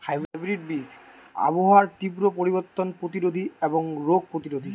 hybrid বীজ আবহাওয়ার তীব্র পরিবর্তন প্রতিরোধী এবং রোগ প্রতিরোধী